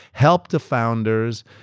help the founders,